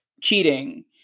cheating